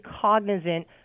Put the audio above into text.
cognizant